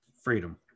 freedom